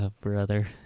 brother